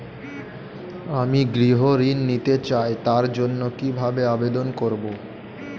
আমি গৃহ ঋণ নিতে চাই তার জন্য কিভাবে আবেদন করব?